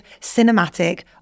cinematic